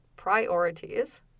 priorities